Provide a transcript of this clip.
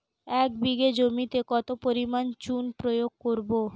এক বিঘা জমিতে কত পরিমাণ চুন প্রয়োগ করব?